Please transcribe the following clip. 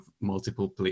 multiple